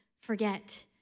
forget